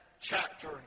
chapter